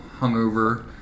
hungover